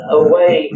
away